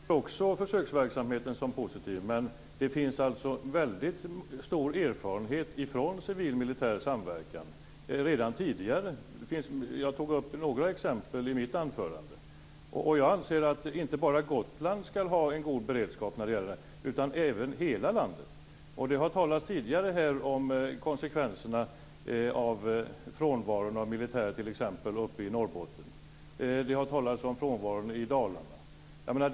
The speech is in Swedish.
Fru talman! Jag ser också försöksverksamheten som positiv. Men det finns stor erfarenhet från civil och militär samverkan redan tidigare. Jag tog upp några exempel i mitt anförande. Jag anser att inte bara Gotland ska ha en god beredskap när det gäller det här, utan även hela landet. Det har tidigare här talats om konsekvenserna av frånvaron av militär t.ex. uppe i Norrbotten. Det har talats om frånvaron i Dalarna.